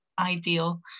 ideal